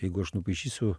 jeigu aš nupaišysiu